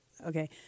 Okay